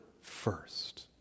first